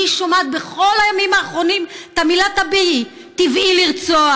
אני שומעת בכל הימים האחרונים את המילה "טביעי": טבעי לרצוח.